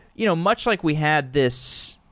you know much like we had this